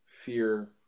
fear